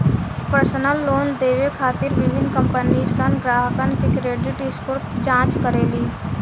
personal loan देवे खातिर विभिन्न कंपनीसन ग्राहकन के क्रेडिट स्कोर जांच करेली